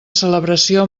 celebració